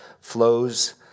flows